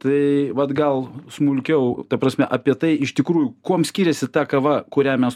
tai vat gal smulkiau ta prasme apie tai iš tikrųjų kuom skiriasi ta kava kurią mes